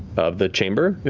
of the chamber?